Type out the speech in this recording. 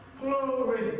Glory